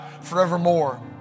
forevermore